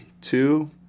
two